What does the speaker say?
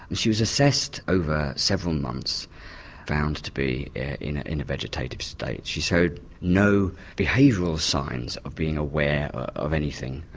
and she was assessed over several months and found to be in in a vegetative state. she showed no behavioural signs of being aware of anything,